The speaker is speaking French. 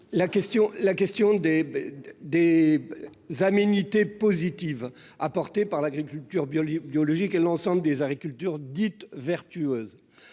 la question des des aménité positive portée par l'agriculture bio biologique et l'ensemble des agricultures dites vertueuses